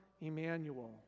Emmanuel